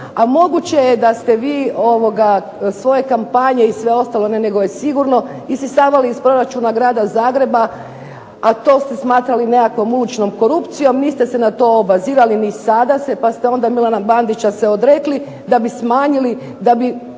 A moguće je da ste vi svoje kampanje i sve ostalo, ne nego je sigurno, isisavali iz proračuna Grada Zagreba, a to ste smatrali nekakvom uličnom korupcijom, niste se na to obazirali, ni sada se. Pa ste onda Milana Bandića se odrekli da bi smanjili, da bi